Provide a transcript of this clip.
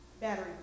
battery